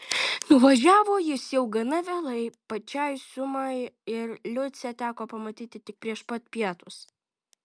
nuvažiavo jis jau gana vėlai pačiai sumai ir liucę teko pamatyti tik prieš pat pietus